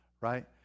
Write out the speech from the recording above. right